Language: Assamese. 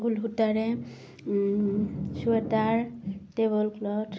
ঊল সূতাৰে চুৱেটাৰ টেবল ক্লথ